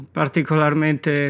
particolarmente